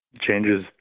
changes